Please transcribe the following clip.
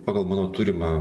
pagal mano turimą